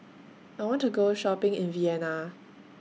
I want to Go Shopping in Vienna